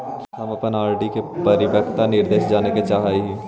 हम अपन आर.डी के परिपक्वता निर्देश जाने के चाह ही